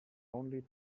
only